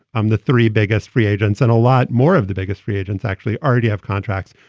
i'm the three biggest free agents and a lot more of the biggest free agents actually already have contracts.